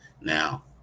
Now